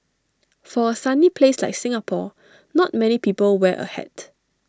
for A sunny place like Singapore not many people wear A hat